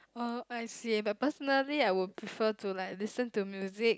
uh I see but personally I would prefer to like listen to music